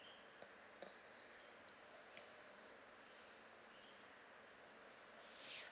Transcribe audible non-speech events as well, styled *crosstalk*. *breath*